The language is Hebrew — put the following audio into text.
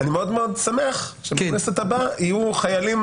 אני מאוד מאוד שמח שבכנסת הבאה יהיו חיילים